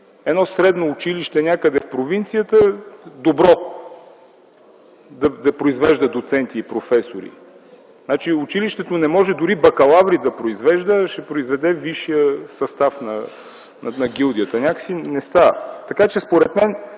добро средно училище някъде в провинцията да произвежда доценти и професори. Училището не може дори бакалаври да произвежда, а ще произведе висшият състав на гилдията. Някак си не става. Така че според мен